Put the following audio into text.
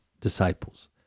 disciples